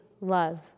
love